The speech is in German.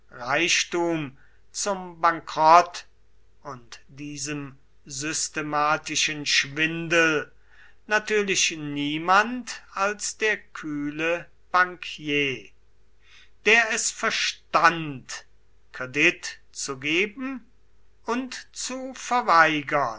reichtum zum bankrott und diesem systematischen schwindel natürlich niemand als der kühle bankier der es verstand kredit zu geben und zu verweigern